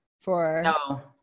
for-